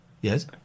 yes